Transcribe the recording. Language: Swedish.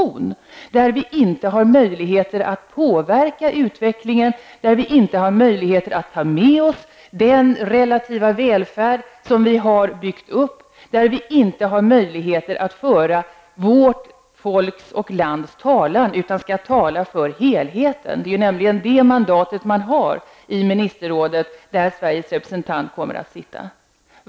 Det är fråga om en organisation där vi inte har möjlighet att påverka utveckingen, där vi inte har möjligheter att ta med oss den relativa välfärd vi har byggt upp, där vi inte har möjligheter att föra vårt folks och vårt lands talan utan i stället skall tala för helheten. Det är nämligen det mandatet man har i ministerrådet, där Sveriges representant kommer att sitta.